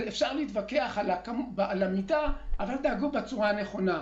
אפשר להתווכח על המידה, אבל דאגו בצורה הנכונה.